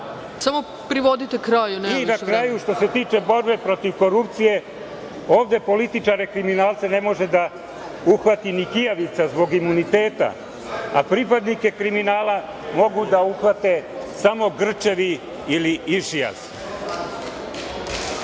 **Zoran Lutovac** Na kraju, što se tiče borbe protiv korupcije, ovde političare kriminalce ne može da uhvati ni kijavica zbog imuniteta, a pripadnike kriminala mogu da uhvate samo grčevi ili išijas.